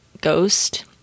ghost